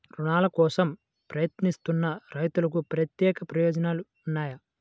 రుణాల కోసం ప్రయత్నిస్తున్న రైతులకు ప్రత్యేక ప్రయోజనాలు ఉన్నాయా?